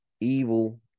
evil